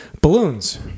Balloons